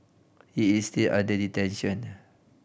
he is still under detention